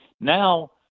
Now